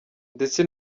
ndetse